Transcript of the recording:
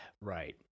Right